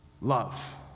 love